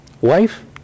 Wife